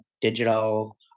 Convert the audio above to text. digital